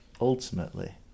ultimately